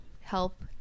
help